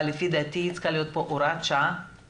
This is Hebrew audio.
אבל לפי דעתי צריכה להיות פה הוראת שעה